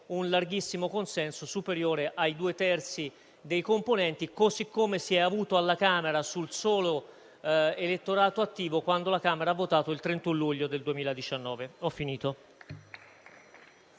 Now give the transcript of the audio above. un larghissimo consenso superiore ai due terzi dei componenti, così come si è avuto alla Camera sul solo elettorato attivo quando ha votato il 31 luglio 2019.